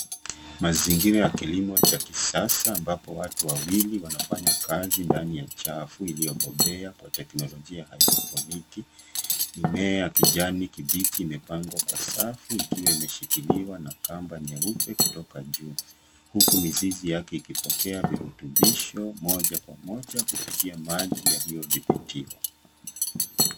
Mazingira ya kilimo cha kisasa ambapo watu wawili wanafanya kazi ndani ya chafu iliyobobea kwa teknolojia ya hydoponiki. Mimea ya kijani kibichi imepangwa kwa safu ikiwa imeshikiliwa na kamba nyeupe kutoka ,juu huku mizizi yake ikipokea virutubisho moja kwa moja kupitia maji yaliyodhibitiwa.